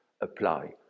apply